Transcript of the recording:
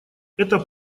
это